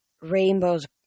rainbows